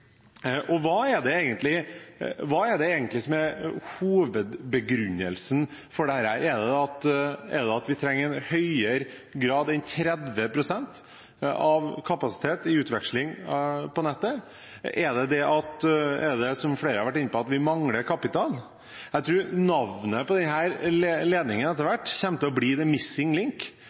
Hva er egentlig hovedbegrunnelsen for dette her? Er det at vi trenger en høyere grad enn 30 pst. kapasitet i utveksling på nettet? Er det, som flere har vært inne på, at vi mangler kapital? Jeg tror navnet på denne ledningen etter hvert kommer til å bli «The Missing Link», og det